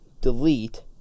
delete